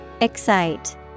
Excite